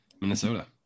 Minnesota